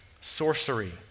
sorcery